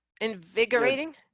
Invigorating